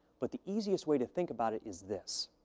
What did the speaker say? but the easiest way to think about it is this.